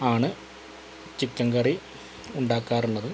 ആണ് chicken curry ഉണ്ടാക്കാറുള്ളത്